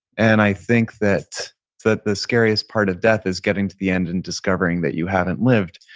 and i think that that the scariest part of death is getting to the end and discovering that you haven't lived.